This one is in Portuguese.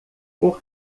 por